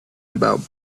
about